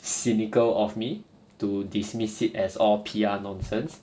cynical of me to dismiss it as all P_R nonsense